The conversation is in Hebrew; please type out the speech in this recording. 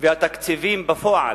והתקציבים בפועל,